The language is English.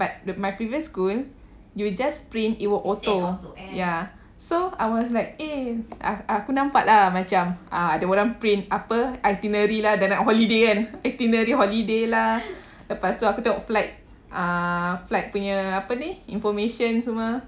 but th~ my previous school you just print it will auto ya so I was like eh I I aku nampak lah macam ada orang print apa itinerary lah dah nak holiday kan and itinerary holiday lah lepas tu flight uh flight punya information semua